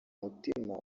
mutima